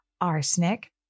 arsenic